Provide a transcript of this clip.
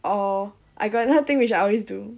or I got another thing which I always do